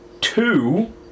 two